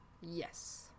Yes